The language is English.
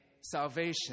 salvation